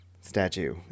statue